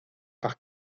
par